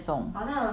ah